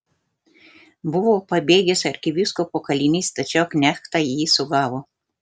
buvo pabėgęs arkivyskupo kalinys tačiau knechtai jį sugavo